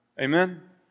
Amen